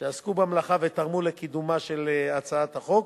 שעסקו במלאכה ותרמו לקידומה של הצעת החוק.